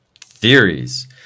Theories